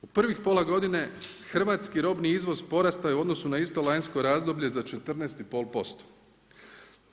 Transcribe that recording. U prvih pola godine hrvatski robni izvoz porastao je u odnosu na isto lanjsko razdoblje za 14,5%